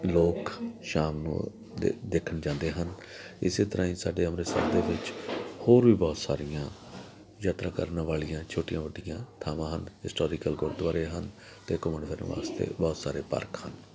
ਲੋਕ ਸ਼ਾਮ ਨੂੰ ਦੇ ਦੇਖਣ ਜਾਂਦੇ ਹਨ ਇਸ ਤਰ੍ਹਾਂ ਹੀ ਸਾਡੇ ਅੰਮ੍ਰਿਤਸਰ ਦੇ ਵਿੱਚ ਹੋਰ ਵੀ ਬਹੁਤ ਸਾਰੀਆਂ ਯਾਤਰਾ ਕਰਨ ਵਾਲੀਆਂ ਛੋਟੀਆਂ ਵੱਡੀਆਂ ਥਾਵਾਂ ਹਨ ਹਿਸਟੋਰੀਕਲ ਗੁਰਦੁਆਰੇ ਹਨ ਅਤੇ ਘੁੰਮਣ ਫਿਰ ਵਾਸਤੇ ਬਹੁਤ ਸਾਰੇ ਪਾਰਕ ਹਨ